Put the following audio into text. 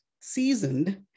seasoned